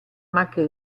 macchie